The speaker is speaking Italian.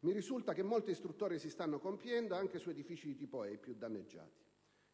Mi risulta che molte istruttorie si stanno compiendo anche su edifici di tipo E, i più danneggiati.